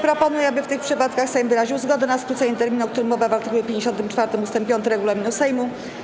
Proponuję, aby w tych przypadkach Sejm wyraził zgodę na skrócenie terminu, o którym mowa w art. 54 ust. 5 regulaminu Sejmu.